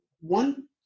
one